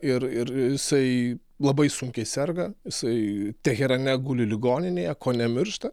ir ir jisai labai sunkiai serga jisai teherane guli ligoninėje kone miršta